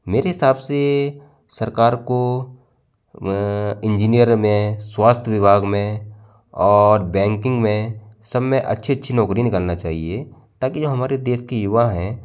मेरे हिसाब से सरकार को अ इंजीनियर में स्वास्थ्य विभाग में और बैंकिंग में सब में अच्छी अच्छी नौकरी निकालना चाहिए ताकि जो हमारे देश की युवा हैं